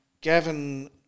Gavin